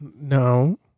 No